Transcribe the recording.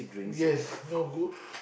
yes no good